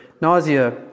nausea